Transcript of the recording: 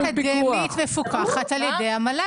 המכללה האקדמית מפוקחת על ידי המל"ג.